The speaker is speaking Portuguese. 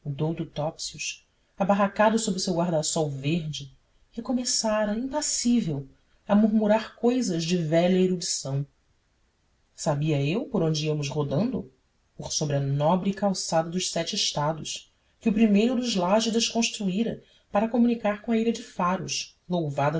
topsius abarracado sob o seu guarda-sol verde recomeçara impassível a murmurar cousas de velha erudição sabia eu por onde íamos rodando por sobre a nobre calçada dos sete estados que o primeiro dos lágidas construíra para comunicar com a ilha de faros louvada